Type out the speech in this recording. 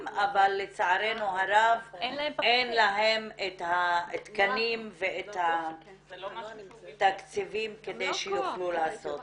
אבל לצערנו הרב אין להן את התקנים ואת התקציבים כדי שיוכלו לעשות.